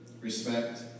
respect